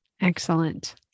Excellent